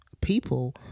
people